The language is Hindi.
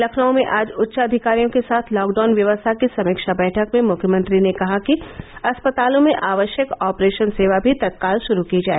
लखनऊ में आज उच्चाधिकारियों के साथ लॉकडाउन व्यवस्था की समीक्षा बैठक में मुख्यमंत्री ने कहा कि अस्पतालों में आवश्यक ऑपरेशन सेवा भी तत्काल शुरू की जाए